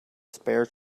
spare